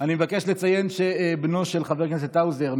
אני מבקש לציין שבנו של חבר הכנסת האוזר,